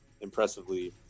impressively